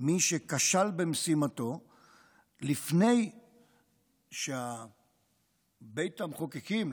מי שכשל במשימתו לפני שבית המחוקקים,